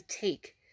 take